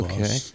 Okay